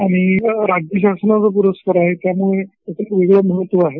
आणि हा राज्यशासनाचा पुरस्कार आहे त्यामुळे याचं वेगळ महत्व आहे